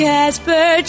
Casper